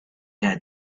had